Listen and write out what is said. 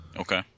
Okay